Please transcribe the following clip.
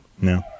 No